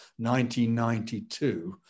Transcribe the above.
1992